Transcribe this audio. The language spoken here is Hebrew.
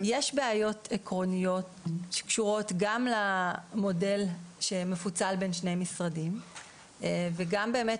יש בעיות עקרוניות שקשורות גם למודל שמפוצל בין שני משרדים וגם באמת